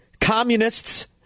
communists